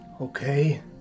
Okay